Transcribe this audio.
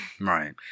Right